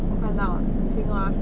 我看到啊青蛙